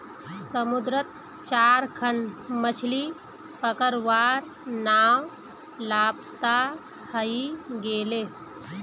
समुद्रत चार खन मछ्ली पकड़वार नाव लापता हई गेले